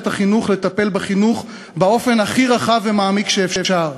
החינוך לטפל בחינוך באופן הכי רחב ומעמיק שאפשר,